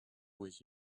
with